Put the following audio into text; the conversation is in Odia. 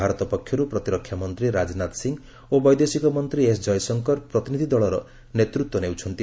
ଭାରତ ପକ୍ଷରୁ ପ୍ରତିରକ୍ଷାମନ୍ତ୍ରୀ ରାଜନାଥ ସିଂ ଓ ବୈଦେଶିକ ମନ୍ତ୍ରୀ ଏସ୍ଜୟଶଙ୍କର ପ୍ରତିନିଧି ଦଳର ନେତୃତ୍ୱ ନେଉଛନ୍ତି